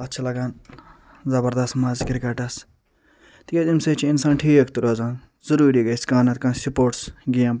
اتھ چھُ لگاو زبردس مزٕ کرکٹس تِکیٚازِ امہِ سۭتۍ چھُ انسان ٹھیٖک تہِ روزان ضروری گژھتھ کانٛہہ نہ تہٕ کانٛہہ سپورٹس گیم